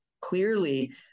clearly